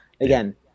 Again